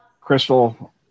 crystal